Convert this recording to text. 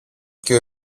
και